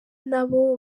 nabo